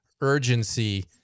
urgency